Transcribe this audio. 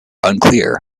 unclear